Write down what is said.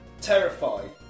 terrified